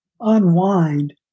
unwind